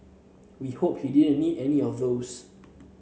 we hope he didn't need any of those